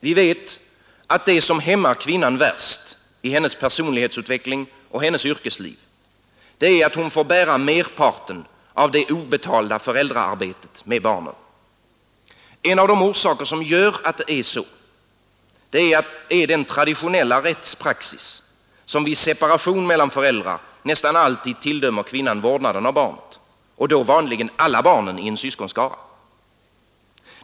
Vi vet att det som hämmar kvinnan värst i hennes personlighetsutveckling och hennes yrkesliv är att hon får bära merparten av det obetalda föräldraarbetet med barnen. En av de orsaker som gör att det är så, är den traditionella rättspraxis som vid separation mellan föräldrar nästan alltid tilldömer kvinnan vårdnaden av barnet, och vanligen alla barnen i en syskonskara.